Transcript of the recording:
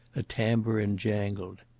a tambourine jangled.